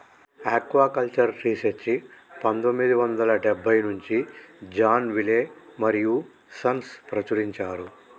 aquaculture research పందొమ్మిది వందల డెబ్బై నుంచి జాన్ విలే మరియూ సన్స్ ప్రచురించారు